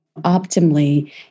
optimally